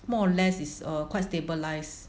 more or less is err quite stabilized